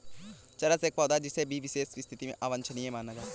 चरस एक पौधा है जिसे किसी विशेष स्थिति में अवांछनीय माना जाता है